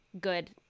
good